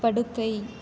படுக்கை